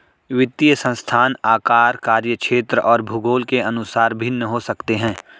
वित्तीय संस्थान आकार, कार्यक्षेत्र और भूगोल के अनुसार भिन्न हो सकते हैं